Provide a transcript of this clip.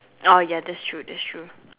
oh ya that's true that's true